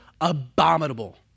abominable